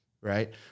right